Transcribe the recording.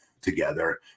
together